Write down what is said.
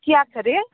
के आएको छ अरे